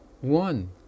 one